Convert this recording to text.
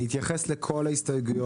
אני פותח את הישיבה.